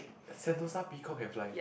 at Sentosa peacock can fly